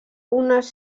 unes